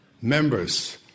members